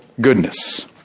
goodness